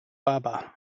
baba